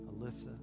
Alyssa